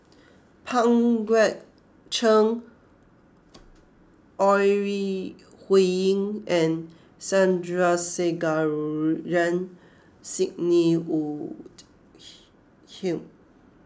Pang Guek Cheng Ore Huiying and Sandrasegaran Sidney Woodhull